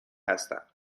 هستم